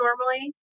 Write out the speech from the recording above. normally